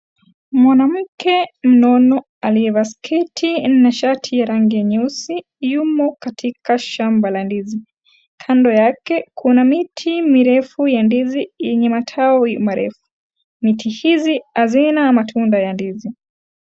Mwanamke mnono aliyevaa skirt na shati la rangi nyeusi, yumo katika shamba la ndizi. Kando yake kuna miti mirefu, ya ndizi yenye matawi marefu. Miti hizi hazina matunda ya ndizi.